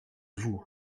vous